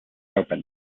open